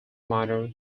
minor